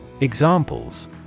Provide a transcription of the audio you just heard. Examples